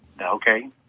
Okay